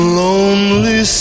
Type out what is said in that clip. lonely